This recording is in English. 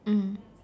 mm